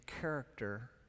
character